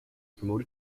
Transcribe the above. promoted